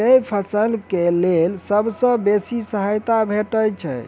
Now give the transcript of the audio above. केँ फसल केँ लेल सबसँ बेसी सहायता भेटय छै?